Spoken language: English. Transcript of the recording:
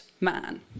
man